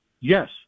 Yes